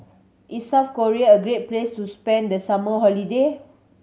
is South Korea a great place to spend the summer holiday